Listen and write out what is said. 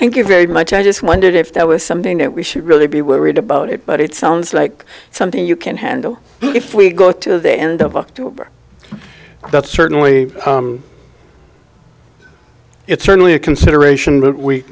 thank you very much i just wondered if that was something that we should really be worried about it but it sounds like something you can handle if we go to the end of october that's certainly it's certainly a consideration